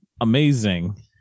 amazing